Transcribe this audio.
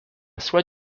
soit